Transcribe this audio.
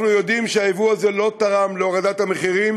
אנחנו יודעים שהיבוא הזה לא תרם להורדת המחירים